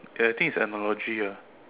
and I think it's analogy ah